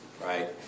right